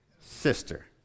Sister